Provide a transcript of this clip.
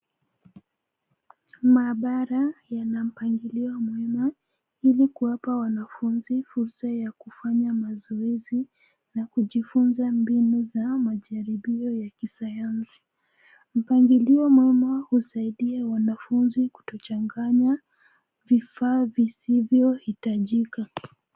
Maabara yana mpangilio mwema Ili kuwapa wanafunzi fursa ya kufanya mazoezi na kujifunza mbinu za majaribio ya kisayansi. Mpangilio mwema husaidia wanafunzi kutochanganya vifaa visivyo hitajika.